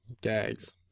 gags